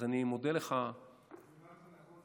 אז אני מודה לך --- אם הבנתי נכון,